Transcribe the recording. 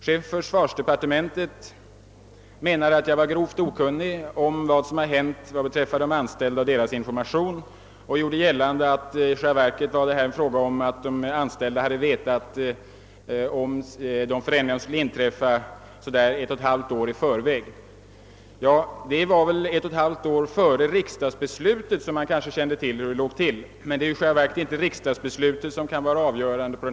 Chefen för försvarsdepartementet menade att jag var grovt okunnig om vad som hänt beträffande de anställda och deras information och gjorde gällande att de anställda i själva verket känt till de förändringar som skulle inträffa ungefär ett och ett halvt år i förväg. De kände till saken i ett och ett halvt år före riksdagsbeslutet, men det är i realiteten inte detta som är avgörande.